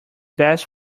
best